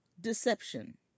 deception